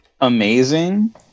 amazing